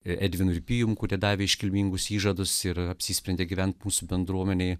ir edvinu ir pijumi kuri davė iškilmingus įžadus ir apsisprendė gyventi mūsų bendruomenėje